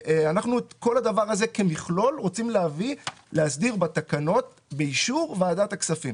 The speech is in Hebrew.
אנחנו את כל הדבר הזה כמכלול רוצים להסדיר בתקנות באישור ועדת הכספים